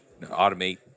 automate